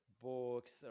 books